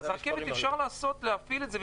אז אפשר להפעיל את זה,